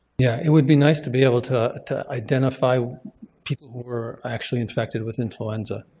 yeah. it would be nice to be able to to identify people who were actually infected with influenza.